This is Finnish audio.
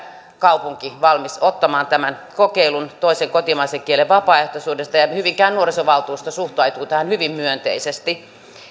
kaupunki valmis ottamaan tämän kokeilun toisen kotimaisen kielen vapaaehtoisuudesta ja hyvinkään nuorisovaltuusto suhtautui tähän hyvin myönteisesti